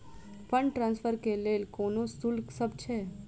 Fund transfer केँ लेल कोनो शुल्कसभ छै?